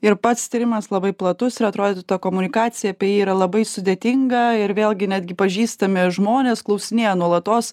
ir pats tyrimas labai platus ir atrodytų ta komunikacija apie jį yra labai sudėtinga ir vėlgi netgi pažįstami žmonės klausinėja nuolatos